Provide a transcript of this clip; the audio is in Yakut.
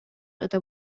ыта